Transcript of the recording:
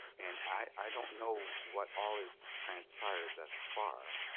and i don't know what all has transpired thus far